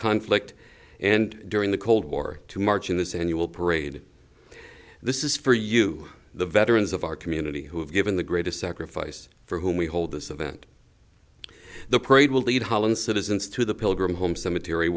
conflict and during the cold war to march in this annual parade this is for you the veterans of our community who have given the greatest sacrifice for whom we hold this event the parade will lead holland citizens to the pilgrim home cemetery